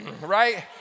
right